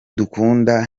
dukunda